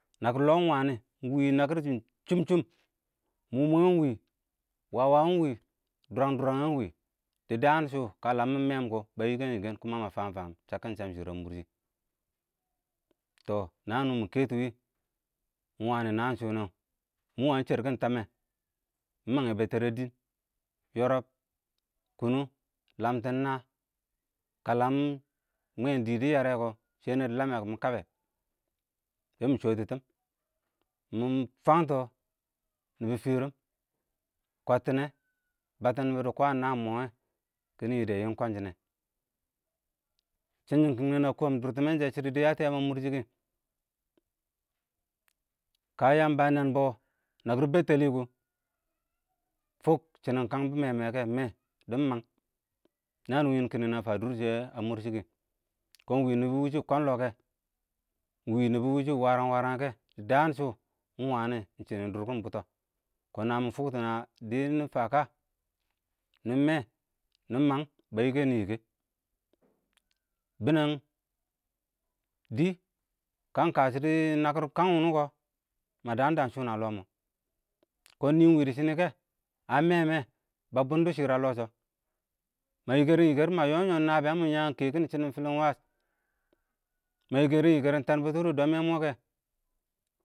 nəkɪr lɔɔ ɪng wənɪ, ɪng wɪɪ nəkɪrshɪn tɪm-tɪm, mʊmʊwɛ ɪng wɪɪ, wəwəwɛ ɪng wɪɪ, dʊrəng-dʊrəng ɪng wɪɪ, dɪ dəən shʊ kə ləm mɪ mɛɛn kɔ bə yɪkɛn-yɪkɛn, mə fəm-fəm chəkkɪn shəmshɪr ə mʊrshɪ, tɔɔ nəən wɪnɪ mɪ kɛtɪwɪ ɪɪng wɪɪ ɪng wənɪ nəən shʊwɛ, mɪ wən shərkɪn təmɛ, mɪ mənghɛ bɛtɛrɛ dɪɪn, yɔrɔb, kʊnʊng, ləmtɪn nəəə, kə ləm mwɛ dɪ dɪ yərəkɔ, shɛnɛ dɪ ləmmɛ kɔ nɪ kɔbɛ, bɛ mɪ chɔtʊ tɪɪm, mɪ fəngtɔ nɪbɪ fɪrɪm, kwəttɪnɛ, bətɪm wɪɪ dɪ kwəən nəə mɔɔ wɛ, kɪɪdɪ yɪdɛ yɪɪm ɪng kwənshɪnɛ, shɪngyɪn kɪngnɛ mə kɔɔm dʊrtɪ mɛnshɛ shɪdɪ dɪ yətɔ yəəm ə mʊrshɪ kɛ, kə Yəmbə ə nɛnbɔ nakɪr bɛtɛlɪ kʊʊ, fʊk shɪnɪng ɪng kəən bɪ mɛmɛwɛkɛ, mɛ dɪn məng nəən wɪɪ kɪngɛrɛ nə fə ə dʊrnɪyɛ ə mʊrshɪkɪ, kɔɔn ɪng wɪɪ nɪbɔ waʊshɛ kɔɔ lɔɔ kɛ, ɪng wɪɪ nɪbɔ wɪshɪ wərəg-wərəng kɛ dɪ dəən shʊ ɪng wənɪ, ɪng shɪnɪg dʊrkɪn bʊtɔ, kɔɔn nə, mɪ fʊktɔ nə dɪɪ nɪfə kə, nɪ mɛɛ, nɪ məng bə yɪkɛnɪ-yɪkɛ, bɪnɛng dɪ kə ɪng kəsɔ dɪ nəkɪr kəng wʊnʊ kɔ, mə dəən-dəən shʊn ə lɔɔ mɔɔ, kɔɔn ɪng nɪ wɪɪ dɪ shɪn kɛ, a mɛɛ-mɛɛ, bə bʊndɔ shɪɪr ə lɔɔshɔ, mə yɪkɪrim yɪkɪr, mə yɔɔ- yɔɔ nəbɪyəng mɪn yəəm kɛkɪn fɪlɪnwəs, mə yɪkɛrɪn yɪkɛ tɛɛn bɪtɪr wʊʊ dəən yɛ mɔɔ kɛ.